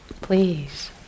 Please